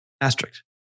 Asterisk